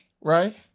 right